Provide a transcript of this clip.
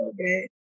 okay